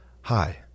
hi